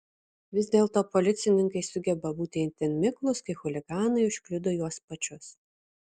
vis dėlto policininkai sugeba būti itin miklūs kai chuliganai užkliudo juos pačius